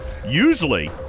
Usually